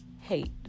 hate